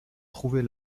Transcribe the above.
trouver